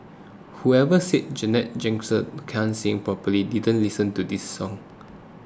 whoever said Janet Jackson can't sing probably didn't listen to this song